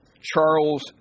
Charles